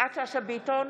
יפעת שאשא ביטון,